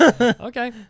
Okay